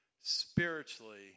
spiritually